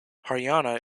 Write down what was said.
haryana